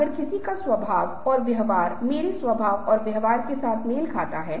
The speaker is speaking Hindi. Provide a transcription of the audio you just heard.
आप इसे रोक सकते हैं दूसरे व्याख्यान पर वापस जा सकते हैं या किसी अन्य व्याख्यान के लिए आगे बढ़ सकते हैं